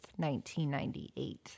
1998